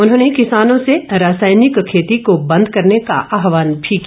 उन्होंने किसानों से रासायनिक खेती को बंद करने का आहवान भी किया